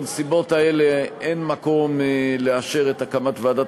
בנסיבות האלה אין מקום לאשר את הקמת ועדת